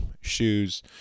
shoes